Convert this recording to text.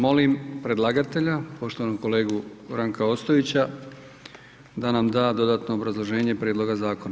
Molim predlagatelja, poštovanog kolegu Ranka Ostojića, da nam da dodatno obrazloženje prijedloga zakona.